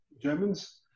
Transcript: Germans